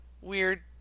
weird